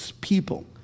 people